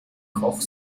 koch